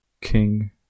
King